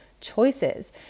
choices